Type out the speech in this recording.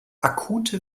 akute